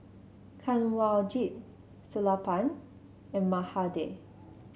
Kanwaljit Sellapan and Mahade